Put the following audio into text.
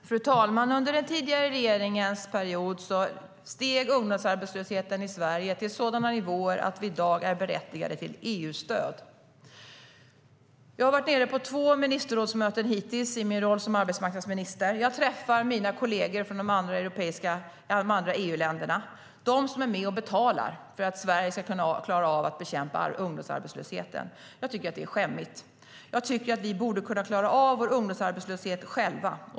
Fru talman! Under den tidigare regeringens period steg ungdomsarbetslösheten i Sverige till sådana nivåer att vi i dag är berättigade till EU-stöd. Jag har hittills varit på två ministerrådsmöten i min roll som arbetsmarknadsminister. Jag träffar mina kolleger från de andra EU-länderna, de som är med och betalar för att Sverige ska kunna klara av att bekämpa ungdomsarbetslösheten. Jag tycker att det är skämmigt. Jag tycker att vi borde kunna klara av vår ungdomsarbetslöshet själva.